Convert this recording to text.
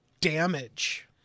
damage